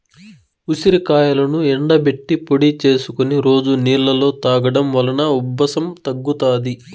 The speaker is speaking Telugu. ఉసిరికాయలను ఎండబెట్టి పొడి చేసుకొని రోజు నీళ్ళలో తాగడం వలన ఉబ్బసం తగ్గుతాది